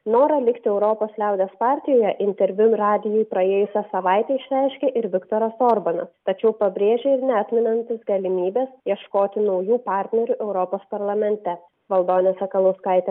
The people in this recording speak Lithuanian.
norą likti europos liaudies partijoje interviu radijui praėjusią savaitę išreiškė ir viktoras orbanas tačiau pabrėžė ir neatmenantis galimybės ieškoti naujų partnerių europos parlamente valdonė sakalauskaitė